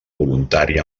voluntari